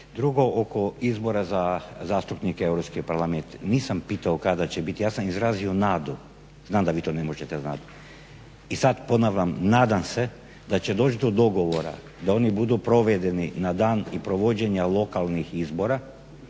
Drugo, oko izborima za zastupnike u Europski parlament. Nisam pitao kada će biti, ja sam izrazio nadu. Znam da vi to ne možete znati. I sad ponavljam, nadam se da će doći do dogovora da oni budu provedeni na dan i provođenja lokalnih izbora